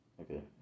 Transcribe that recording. Okay